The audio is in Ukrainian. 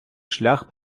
шлях